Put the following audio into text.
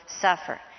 suffer